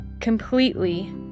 completely